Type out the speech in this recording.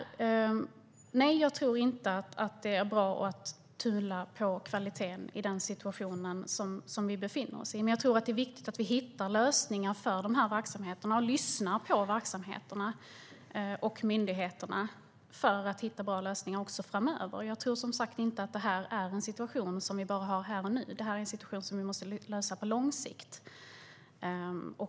Nej, jag tror inte att det är bra att tumma på kvaliteten i den situation som vi befinner oss i. Men jag tror att det är viktigt att vi hittar lösningar för de här verksamheterna och att vi lyssnar på verksamheterna och myndigheterna för att hitta bra lösningar också framöver. Jag tror som sagt inte att det här är en situation som vi bara har här och nu. Det är en situation som vi måste lösa på lång sikt.